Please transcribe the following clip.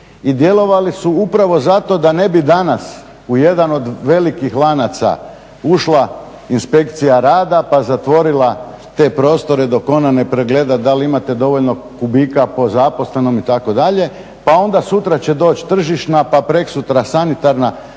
i djelovali su upravo zato da ne bi danas u jedan od velikih lanaca ušla inspekcija rada pa zatvorila te prostore ona ne pregleda da li imate dovoljno kubika po zaposlenom itd. pa onda sutra će doći tržišna pa prekosutra sanitarna,